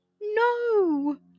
no